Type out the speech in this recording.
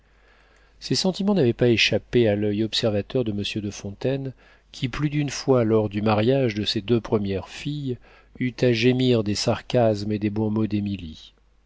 ces sentiments n'avaient pas échappé à l'oeil observateur de monsieur de fontaine qui plus d'une fois lors du mariage de ses deux premières filles eut à gémir des sarcasmes et des bons mots d'émilie les